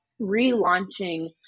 relaunching